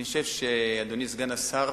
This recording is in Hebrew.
אני חושב, אדוני סגן השר,